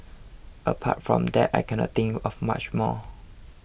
apart from that I cannot think of much more